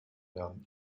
werden